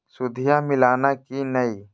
सुदिया मिलाना की नय?